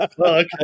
okay